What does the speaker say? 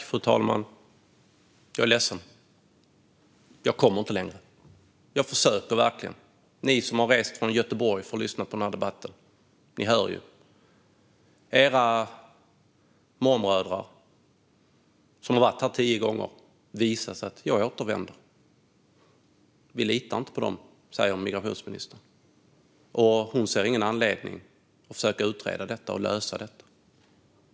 Fru talman! Jag är ledsen; jag kommer inte längre. Jag försökte verkligen. Ni som har rest från Göteborg för att lyssna på den här debatten - ni hör ju. Era mormödrar som har varit här tio gånger visar att de återvänder. Men vi litar inte på dem, säger migrationsministern. Hon ser inte heller någon anledning att försöka utreda och lösa detta.